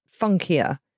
funkier